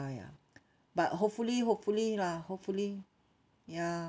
ya but hopefully hopefully lah hopefully ya